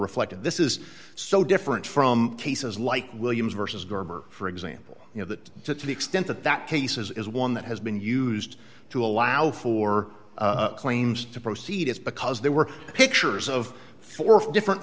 reflected this is so different from cases like williams versus gerber for example you know that to the extent that that case is one that has been used to allow for claims to proceed as because there were pictures of four different